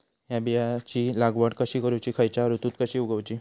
हया बियाची लागवड कशी करूची खैयच्य ऋतुत कशी उगउची?